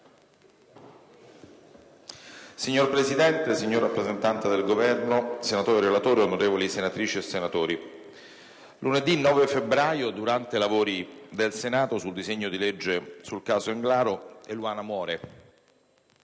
Signora Presidente, signor rappresentante del Governo, senatore relatore, onorevoli senatrici e senatori, lunedì 9 febbraio, durante i lavori del Senato sul disegno di legge sul caso Englaro, Eluana muore.